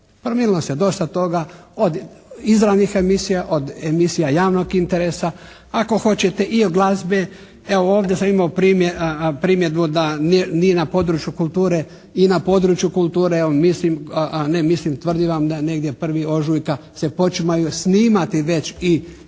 Promijenilo se dosta toga od izravnih emisija, od emisija javnog interesa, ako hoćete i od glazbe. Evo, ovdje sam imao primjedbu da nije na području kulture i na području kulture evo mislim, ne mislim, tvrdim vam da je negdje 1.ožujka se počimaju snimati već i